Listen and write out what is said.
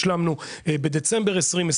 השלמנו בדצמבר 2020,